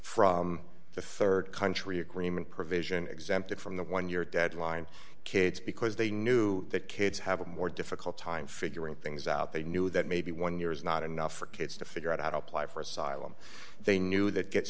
from the rd country agreement provision exempted from the one year deadline kids because they knew that kids have a more difficult time figuring things out they knew that maybe one year is not enough for kids to figure out how to apply for asylum they knew that gets